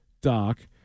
Doc